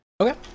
Okay